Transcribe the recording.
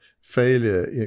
failure